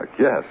Yes